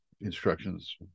instructions